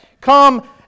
Come